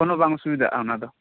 ᱠᱚᱱᱚ ᱵᱟᱝ ᱚᱥᱩᱵᱤᱫᱷᱟᱜ ᱟ ᱚᱱᱟᱫᱚ